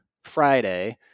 Friday